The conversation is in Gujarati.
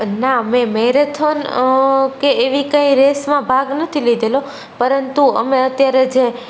ના મેં મેરેથોન કે એવી કંઈ રેસમાં ભાગ નથી લીધેલો પરંતુ અમે અત્યારે જે